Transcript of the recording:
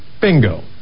Bingo